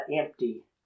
empty